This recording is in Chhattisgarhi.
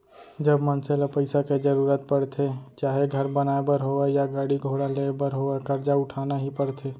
जब मनसे ल पइसा के जरुरत परथे चाहे घर बनाए बर होवय या गाड़ी घोड़ा लेय बर होवय करजा उठाना ही परथे